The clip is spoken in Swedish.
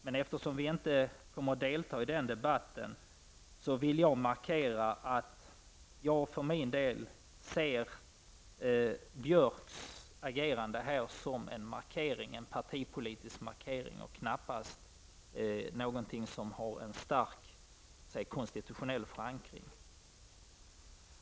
Men eftersom vi inte kommer delta i den debatten vill jag markera att jag för min del ser Anders Björcks agerande här som en partipolitisk markering och knappast någonting som har en stark konstitutionell förankring.